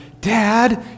Dad